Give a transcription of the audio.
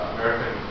American